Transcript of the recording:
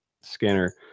scanner